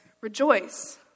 Rejoice